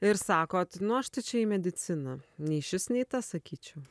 ir sakot nu aš tai čia į mediciną nei šis nei tas sakyčiau